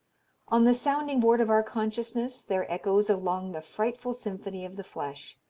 on the sounding board of our consciousness there echoes along the frightful symphony of the flesh.